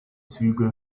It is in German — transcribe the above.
züge